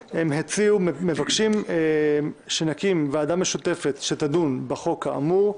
הבקשה היא שנקים ועדה משותפת שתדון בחוק האמור.